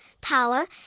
power